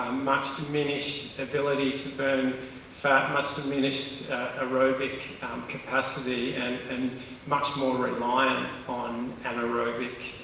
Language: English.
much diminished ability to burn fat, much diminished aerobic um capacity and and much more reliant on anaerobic